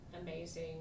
amazing